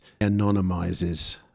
anonymizes